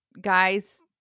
Guys